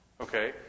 okay